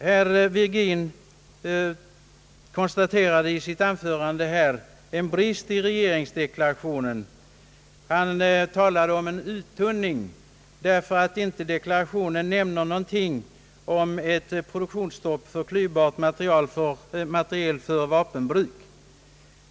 Herr Virgin konstaterade här i sitt anförande en brist i regeringsdeklarationen och talade om en »uttunning», eftersom det i deklarationen inte nämns någonting om ett produktionsstopp för klyvbart material för vapenbruk.